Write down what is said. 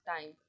time